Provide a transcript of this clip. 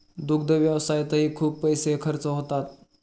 दुग्ध व्यवसायातही खूप पैसे खर्च होतात